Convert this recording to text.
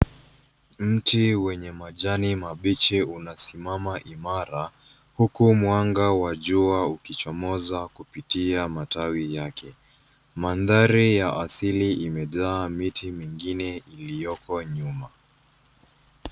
Mti wenye majani mabichi unasimama imara huku mwanga wa jua ukichomoza kupitia matawi yake. Mandhari ya asili imejaa miti mingine iliyoko nyuma.